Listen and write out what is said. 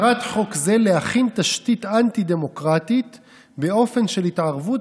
מטרת חוק זה להכין תשתית אנטי-דמוקרטית באופן של התערבות